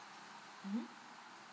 mm